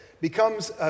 becomes